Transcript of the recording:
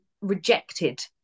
rejected